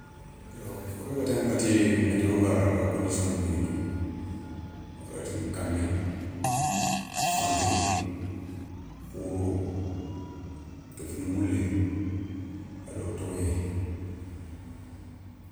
Yo fo bé ga taηana katti meteo nkara woga condition ni beeni tou, woraytini kammé, fanké, khouro, kefini moulé ado towoyé.